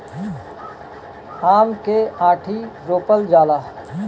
आम के आंठी रोपल जाला